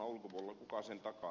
kuka sen takaa